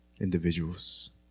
individuals